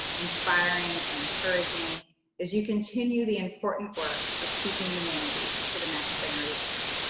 inspiring, and encouraging as you continue the important work of teaching humanity to the next generation.